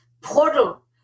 portal